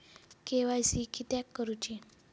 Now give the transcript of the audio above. KYC किदयाक करूची?